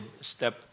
step